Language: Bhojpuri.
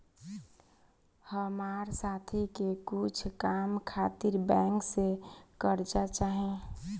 हमार साथी के कुछ काम खातिर बैंक से कर्जा चाही